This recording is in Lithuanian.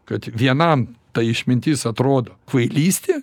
kad vienam ta išmintis atrodo kvailystė